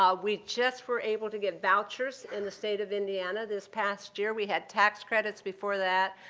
ah we just were able to get vouchers in the state of indiana. this past year we had tax credits before that.